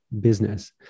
business